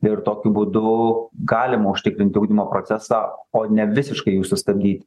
ir tokiu būdu galima užtikrinti ugdymo procesą o ne visiškai jį sustabdyt